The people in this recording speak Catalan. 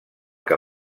que